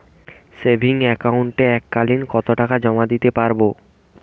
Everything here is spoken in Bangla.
সেভিংস একাউন্টে এক কালিন কতটাকা জমা দিতে পারব?